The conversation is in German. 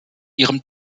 ihrem